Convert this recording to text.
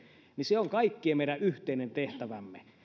se on kaikkien meidän yhteinen tehtävämme